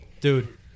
Dude